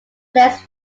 less